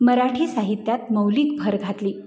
मराठी साहित्यात मौलिक भर घातली